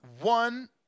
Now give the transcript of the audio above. one